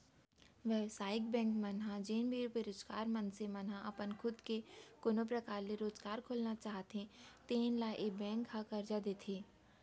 बेवसायिक बेंक मन ह जेन भी बेरोजगार मनसे मन ह अपन खुद के कोनो परकार ले रोजगार खोलना चाहते तेन ल ए बेंक ह करजा देथे